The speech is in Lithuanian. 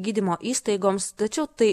gydymo įstaigoms tačiau tai